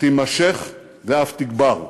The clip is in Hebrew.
תימשך ואף תגבר.